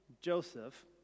Joseph